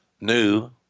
new